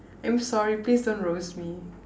I'm sorry please don't roast me